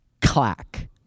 clack